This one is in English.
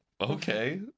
okay